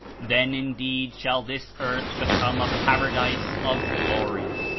then indeed shall this earth become a paradise of glory.